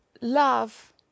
Love